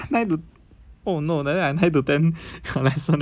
oh no like that I nine to ten got lesson already